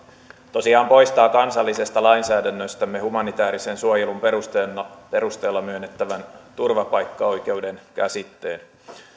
tosiaan poistaa kansallisesta lainsäädännöstämme humanitäärisen suojelun perusteella perusteella myönnettävän turvapaikkaoikeuden käsitteen